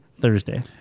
Thursday